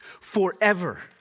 forever